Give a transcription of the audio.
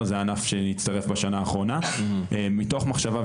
זה ענף שהצטרף בשנה האחרונה מתוך מחשבה,